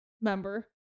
member